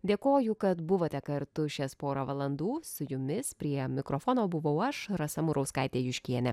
dėkoju kad buvote kartu šias porą valandų su jumis prie mikrofono buvau aš rasa murauskaitė juškienė